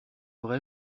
vrai